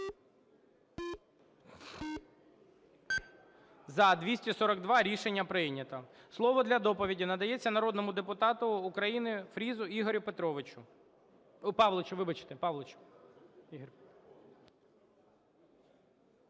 За-242 Рішення прийнято. Слово для доповіді надається народному депутату України Фрісу Ігорю Петровичу. Павловичу, вибачте.